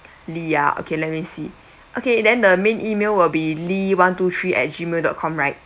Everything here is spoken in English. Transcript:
lee ah ya okay let me see okay then the main email will be lee one to three at gmail dot com right